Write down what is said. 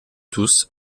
tous